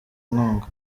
inkunga